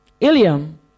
Ilium